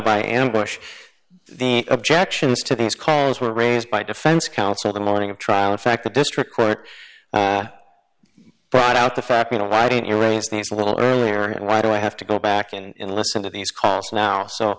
by ambush the objections to these calls were raised by defense counsel the morning of trial in fact the district court brought out the fact you know why didn't you raise these a little earlier and why do i have to go back and listen to these calls now so